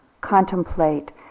contemplate